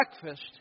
breakfast